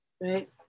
right